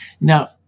Now